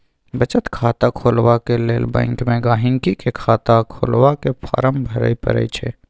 बचत खाता खोलबाक लेल बैंक मे गांहिकी केँ खाता खोलबाक फार्म भरय परय छै